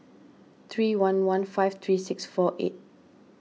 three one one five three six four eight